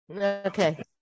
Okay